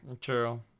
True